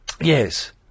Yes